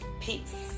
Peace